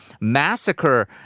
massacre